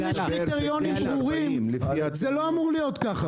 אם יש קריטריונים ברורים, זה לא אמור להיות כך.